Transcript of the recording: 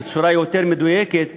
בצורה מדויקת יותר,